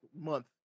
month